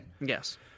Yes